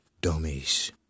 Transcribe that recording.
dummies